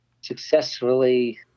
successfully